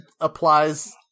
applies